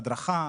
הדרכה,